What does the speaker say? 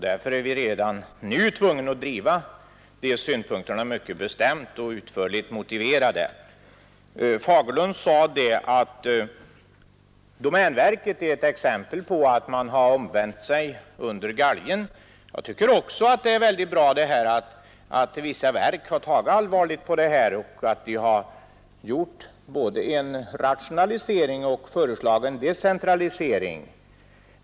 Därför är vi redan nu tvungna att driva våra synpunkter i denna fråga mycket bestämt och att utförligt motivera dem. Herr Fagerlund sade att domänverket är ett exempel på omvändelse under galgen. Jag tycker också att det är väldigt bra att vissa verk har tagit allvarligt på det här och att de både gjort en rationalisering och föreslagit en decentralisering.